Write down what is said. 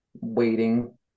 waiting